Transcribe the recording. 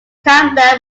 campbell